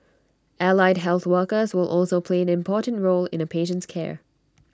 allied health workers will also play an important role in A patient's care